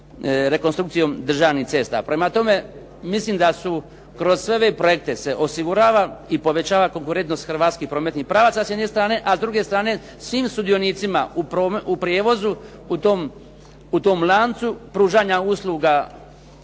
rekonstrukcijom državnih cesta. Prema tome, mislim da se kroz sve ove projekte se osigurava i povećava konkurentnost hrvatskih prometnih pravaca sa jedne strane a s druge strane svim sudionicima u prijevozu, u tom lancu, pružanja usluga